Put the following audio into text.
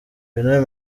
bernard